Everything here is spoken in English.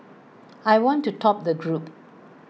I want to top the group